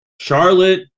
Charlotte